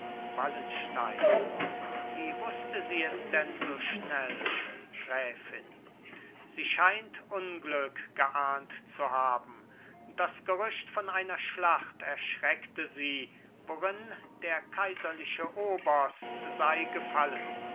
wallenstein wie wußte sie es denn so schnell gräfin sie scheint unglück geahnt zu haben das gerücht von einer schlacht erschreckte sie worin der kaiserliche oberst sei gefallen